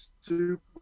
super